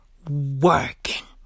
Working